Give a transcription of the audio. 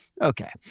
okay